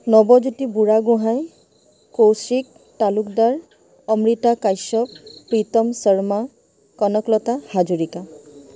Nabajyoti Burhagohain Kaushik Talukdar Amrita Kashyap Pritam Sharma Kanaklata Hazarika